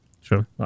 Sure